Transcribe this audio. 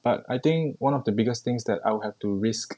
but I think one of the biggest things that I will have to risk